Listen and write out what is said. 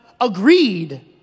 agreed